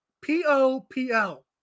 P-O-P-L